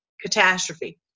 catastrophe